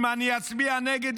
אם אני אצביע נגד,